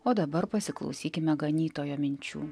o dabar pasiklausykime ganytojo minčių